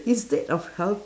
instead of help